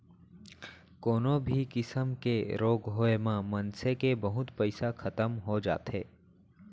कोनो भी किसम के रोग होय म मनसे के बहुत पइसा खतम हो जाथे